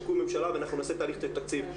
תקום ממשלה ואנחנו נעשה תהליך תקציב.